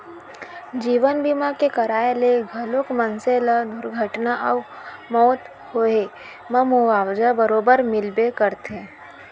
जीवन बीमा के कराय ले घलौक मनसे ल दुरघटना अउ मउत होए म मुवाजा बरोबर मिलबे करथे